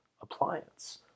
appliance